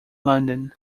london